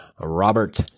Robert